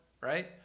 Right